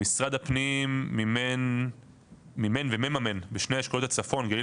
משרד הפנים מימן ומממן בשני אשכולות הצפון הגליל